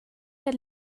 der